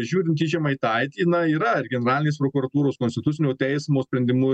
žiūrint į žemaitaitį na yra ir generalinės prokuratūros konstitucinio teismo sprendimu